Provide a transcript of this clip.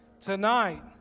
Tonight